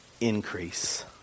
increase